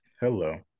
Hello